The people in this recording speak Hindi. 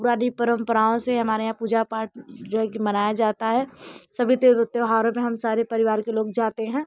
पुरानी परम्पराओं से हमारे यहाँ पूजा पाठ जो है कि मनाया जाता है सभी टी त्योहारों में हम सारे परिवार के लोग जाते हैं